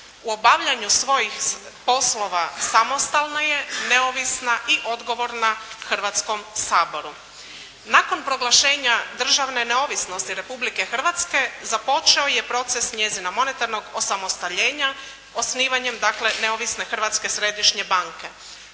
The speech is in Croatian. U obavljanju svojih poslova samostalna je, neovisna i odgovorna Hrvatskom saboru. Nakon proglašenja državne neovisnosti Republike Hrvatske započeo je proces njezina monetarnog osamostaljenja, osnivanjem dakle, neovisne Hrvatske središnje banke.